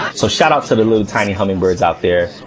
ah so shout out to the little tiny hummingbirds out there.